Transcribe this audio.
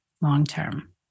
long-term